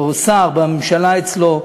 או שר בממשלה אצלו,